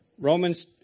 Romans